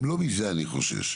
לא מזה אני חושש.